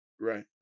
right